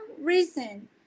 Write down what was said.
reason